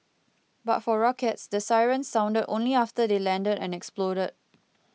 but for rockets the sirens sounded only after they landed and exploded